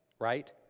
right